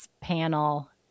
panel